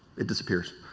it disappears,